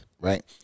right